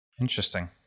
Interesting